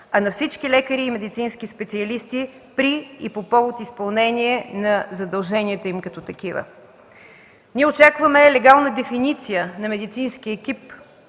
а на всички лекари и медицински специалисти при и по повод изпълнение на задълженията им като такива. Ние очакваме легална дефиниция на медицински екип,